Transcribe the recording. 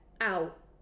out